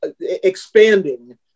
expanding